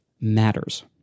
matters